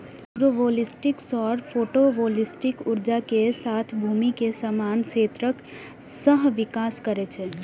agrovoltaics सौर photovoltaic ऊर्जा के साथ भूमि के समान क्षेत्रक सहविकास करै छै